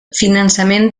finançament